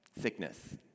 sickness